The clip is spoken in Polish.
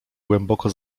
głęboko